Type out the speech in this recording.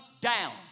down